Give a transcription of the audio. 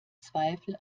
zweifel